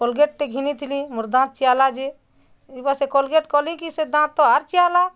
କୋଲଗେଟ୍ଟେ ଘିନିଥିଲି ମୋର ଦାନ୍ତ ଚିଆଁଲା ଯେ ଇ ସେ କୋଲଗେଟ୍ କଲିକିଁ ସେ ଦାନ୍ତ ଆର୍ ଚିଆଁଲା